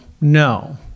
no